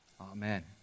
Amen